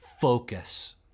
focus